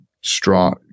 strong